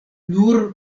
nur